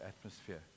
atmosphere